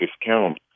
discount